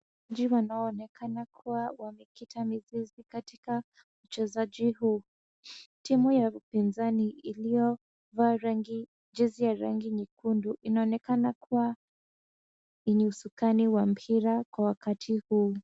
Wajira wanaonekana kuwa wamekita mizizi katika uchezaji huu. Timu ya upinzani iliyovaa jezi ya rangi nyekundu, inaonekana kuwayenye usukani wa mpira kwa wakati huu,